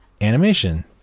animation